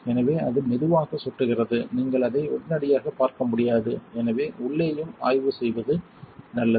எனவே அது மெதுவாக சொட்டுகிறது நீங்கள் அதை உடனடியாக பார்க்க முடியாது எனவே உள்ளேயும் ஆய்வு செய்வது நல்லது